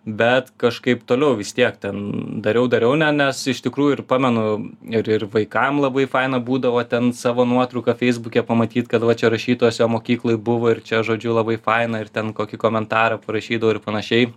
bet kažkaip toliau vis tiek ten dariau dariau ne nes iš tikrųjų ir pamenu ir ir vaikam labai faina būdavo ten savo nuotrauką feisbuke pamatyt kad va čia rašytojas jo mokykloj buvo ir čia žodžiu labai faina ir ten kokį komentarą parašydavo ir panašiai